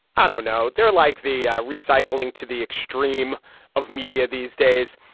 i don't know. they're like the recycling to the extreme of media these days.